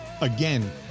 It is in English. again